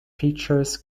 features